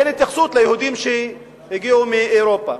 ואין התייחסות ליהודים שהגיעו מאירופה,